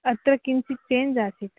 अत्र किञ्चित् चेञ्ज् आसीत्